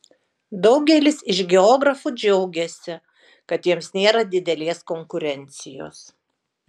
daugelis iš geografų džiaugiasi kad jiems nėra didelės konkurencijos